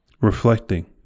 reflecting